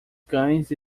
cães